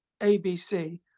ABC